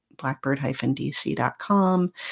blackbird-dc.com